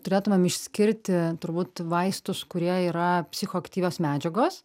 turėtumėm išskirti turbūt vaistus kurie yra psichoaktyvios medžiagos